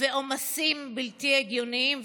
ועומסים בלתי הגיוניים.